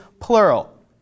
Plural